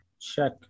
check